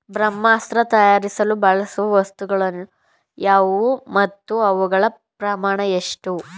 ಬ್ರಹ್ಮಾಸ್ತ್ರ ತಯಾರಿಸಲು ಬಳಸುವ ವಸ್ತುಗಳು ಯಾವುವು ಮತ್ತು ಅವುಗಳ ಪ್ರಮಾಣ ಎಷ್ಟು?